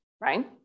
right